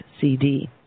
CD